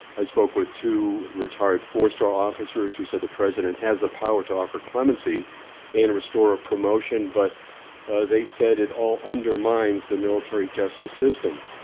i spoke with two retired four-star officers who said the president has the power to offer clemency and restore a promotion, but they said it all undermines the military justice system.